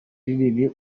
rinini